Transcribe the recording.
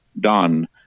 done